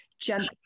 gentle